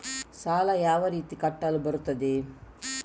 ಸಾಲ ಯಾವ ರೀತಿ ಕಟ್ಟಲು ಬರುತ್ತದೆ?